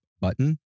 button